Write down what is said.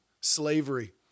slavery